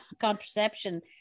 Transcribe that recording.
contraception